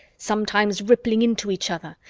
sometimes rippling into each other,